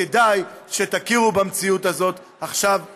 וכדאי שתכירו במציאות הזאת עכשיו ומייד.